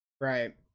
Right